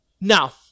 Now